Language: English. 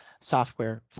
software